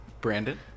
brandon